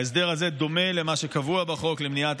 ההסדר הזה דומה למה שקבוע בחוק למניעת